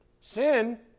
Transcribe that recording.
Sin